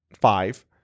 five